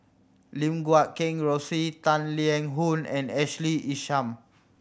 Lim Guat Kheng Rosie Tang Liang Hong and Ashley Isham